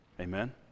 Amen